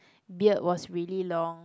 beard was really long